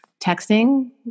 texting